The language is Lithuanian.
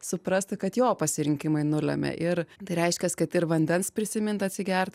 suprastų kad jo pasirinkimai nulemia ir tai reiškias kad ir vandens prisimint atsigert